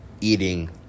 eating